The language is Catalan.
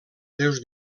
seus